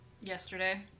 Yesterday